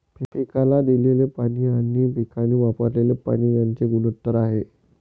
पिकाला दिलेले पाणी आणि पिकाने वापरलेले पाणी यांचे गुणोत्तर आहे